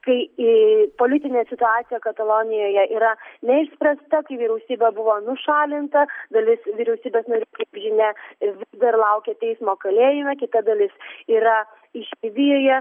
kai į politinė situacija katalonijoje yra neišspręsta kai vyriausybė buvo nušalinta dalis vyriausybės narių žinia vis dar laukia teismo kalėjime kita dalis yra išeivijoje